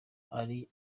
ari